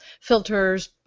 filters